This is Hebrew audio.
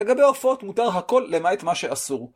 לגבי הופעות מותר הכל, למעט מה שאסור